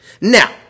Now